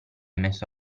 messo